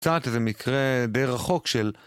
קצת איזה מקרה די רחוק של...